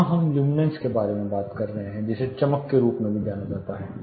यहां हम ल्यूमिनेन्स के बारे में बात कर रहे हैं जिसे चमक के रूप में भी जाना जाता है